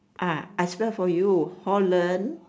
ah I spell for you holland